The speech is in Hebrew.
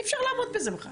אי אפשר לעמוד בזה בכלל.